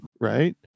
right